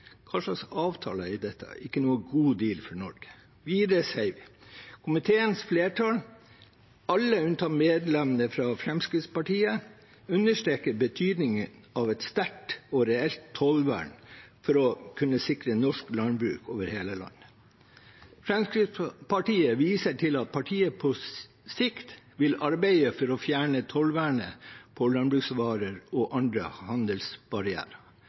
Hva slags avtaler er dette? Det er ikke noen god «deal» for Norge. Videre sier vi: «Komiteens flertall, alle unntatt medlemmene fra Fremskrittspartiet, understreker betydningen av et sterkt og reelt tollvern for å kunne sikre norsk landbruk over hele landet.» Fremskrittspartiet viser til at partiet «på sikt vil arbeide for å fjerne tollvernet på landbruksvarer og andre handelsbarrierer».